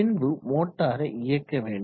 பின்பு மோட்டாரை இயக்க வேண்டும்